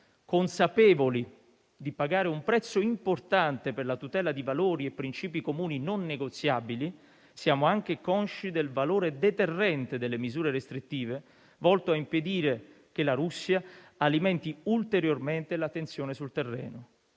Consapevoli di pagare un prezzo importante per la tutela di valori e principi comuni non negoziabili, siamo anche consci del valore deterrente delle misure restrittive, volto a impedire che la Russia alimenti ulteriormente la tensione sul terreno.